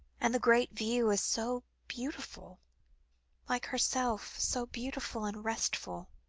and the great view is so beautiful like herself, so beautiful and restful,